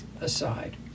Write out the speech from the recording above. aside